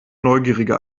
neugierige